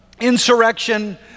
insurrection